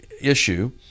issue